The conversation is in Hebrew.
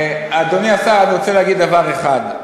אדוני השר, אני רוצה להגיד דבר אחד.